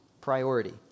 priority